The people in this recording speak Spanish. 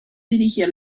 dirigía